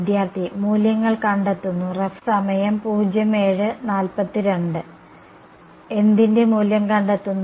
വിദ്യാർത്ഥി മൂല്യങ്ങൾ കണ്ടെത്തുന്നു എന്തിന്റെ മൂല്യം കണ്ടെത്തുന്നു